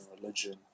religion